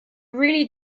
really